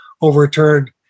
overturned